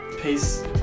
peace